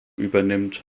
übernimmt